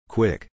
Quick